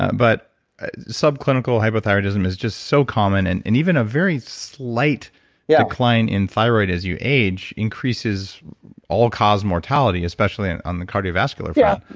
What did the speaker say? but subclinical hypothyroidism is just so common, and and even a very slight yeah decline in thyroid as you age increases or cause mortality, especially on the cardiovascular yeah